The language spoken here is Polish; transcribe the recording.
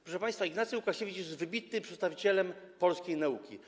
Proszę państwa, Ignacy Łukasiewicz jest wybitnym przedstawicielem polskiej nauki.